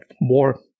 more